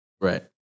Right